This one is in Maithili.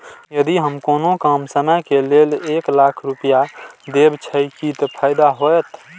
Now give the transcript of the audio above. यदि हम कोनो कम समय के लेल एक लाख रुपए देब छै कि फायदा होयत?